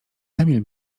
emil